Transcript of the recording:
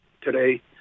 today